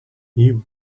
you